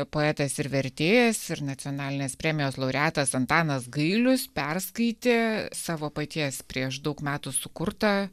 poetas ir vertėjas ir nacionalinės premijos laureatas antanas gailius perskaitė savo paties prieš daug metų sukurtą